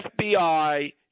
FBI